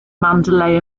mandalay